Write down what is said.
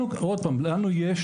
לנו יש,